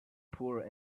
poor